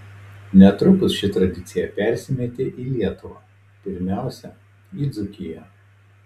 netrukus ši tradicija persimetė į lietuvą pirmiausia į dzūkiją